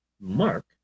Mark